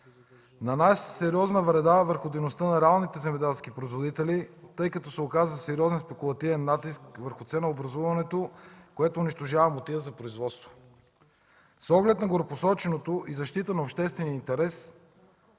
нанася се сериозна вреда върху дейността на реалните земеделски производители, тъй като се оказва сериозен спекулативен натиск върху ценообразуването, което унищожава мотива за производство. С оглед на горепосоченото и защитата на обществения интерес,